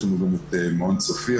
אבל יש לנו גם את מעון "צופייה"